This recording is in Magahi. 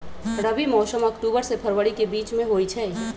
रबी मौसम अक्टूबर से फ़रवरी के बीच में होई छई